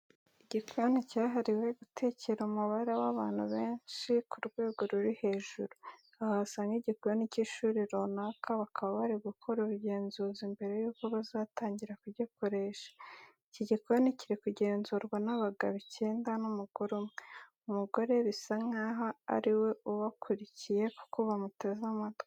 Igikoni cyahariwe gutekera umubare w'abantu benshi ku rwego ruri hejuru. Aha hasa nk'igikoni cy'ishuri runaka, bakaba bari gukora ubugenzuzi mbere yuko bazatangira kugikoresha. Iki gikoni kiri kugenzurwa n'abagabo icyenda n'umugore umwe, umugore bisa nkaho ari we ubakuriye kuko bamuteze amatwi.